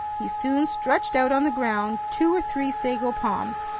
he soon stretched out on the ground two or three sago palms,